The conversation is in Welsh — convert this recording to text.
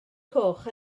coch